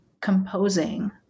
composing